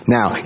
Now